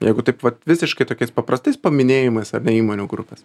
jeigu taip vat visiškai tokiais paprastais paminėjimais ar ne įmonių grupės